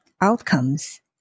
outcomes